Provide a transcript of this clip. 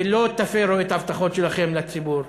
ולא תפרו את ההבטחות שלכם לציבור?